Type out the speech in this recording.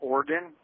Oregon